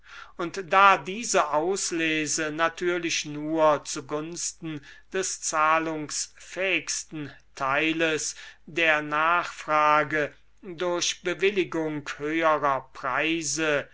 und da diese auslese natürlich nur zu gunsten des zahlungsfähigsten teiles der nachfrage durch bewilligung höherer preise